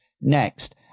Next